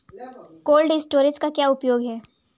Cold storage का क्या उपयोग है?